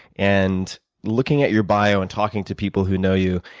and looking at your bio and talking to people who know you,